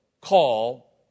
call